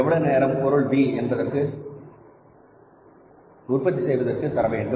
எவ்வளவு நேரம் பொருள் B உற்பத்தி செய்வதற்கு தர வேண்டும்